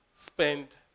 Spend